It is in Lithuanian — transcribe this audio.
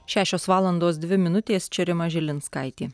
šešios valandos dvi minutės čia rima žilinskaitė